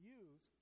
use